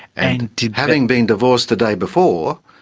and having been divorced the day before,